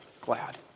glad